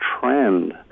trend